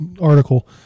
article